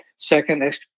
second